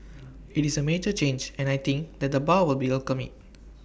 IT is A major change and I think that the bar will be welcome IT